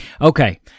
Okay